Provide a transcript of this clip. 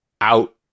out